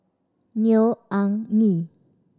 Neo Anngee